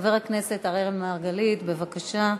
חבר הכנסת אראל מרגלית, בבקשה.